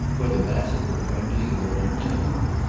whether bassett were friendly or inimical,